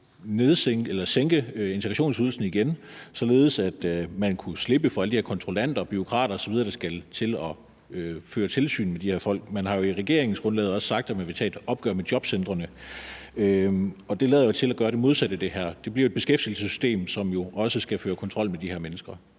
sænke integrationsydelsen igen, således at man kunne slippe for alle de her kontrollanter, bureaukrater osv., der skal føre tilsyn med de her folk? Man har i regeringsgrundlaget også sagt, at man vil tage et opgør med jobcentrene, og det her lader jo til at gøre det modsatte. Det bliver jo et beskæftigelsessystem, som også skal føre kontrol med de her mennesker,